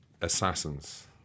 assassins